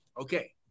Okay